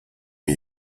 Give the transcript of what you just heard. are